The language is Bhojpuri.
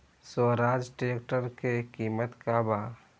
स्वराज ट्रेक्टर के किमत का बा?